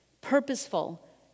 purposeful